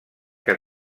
que